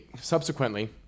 subsequently